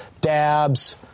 dabs